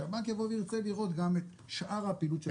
שהבנק יבוא וירצה לראות גם את שאר הפעילות.